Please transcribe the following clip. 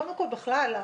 קודם כל, בכלל,